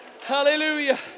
Hallelujah